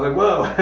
but whoa.